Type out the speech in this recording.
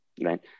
Right